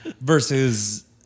Versus